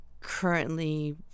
currently